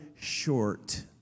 short